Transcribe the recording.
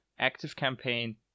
ActiveCampaign